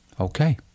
Okay